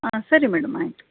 ಹಾಂ ಸರಿ ಮೇಡಮ್ ಆಯಿತು